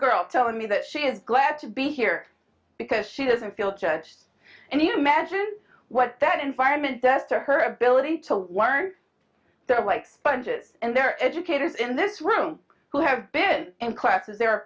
girl telling me that she is glad to be here because she doesn't feel judged any imagine what that environment that to her ability to learn they're like sponges and their educators in this room who have been in classes the